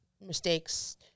mistakes